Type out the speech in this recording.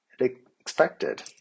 expected